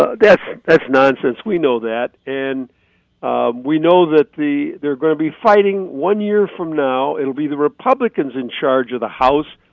ah that's that's nonsense, we know that. and we know that they're going to be fighting, one year from now, it'll be the republicans in charge of the house,